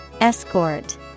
Escort